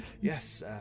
Yes